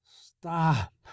stop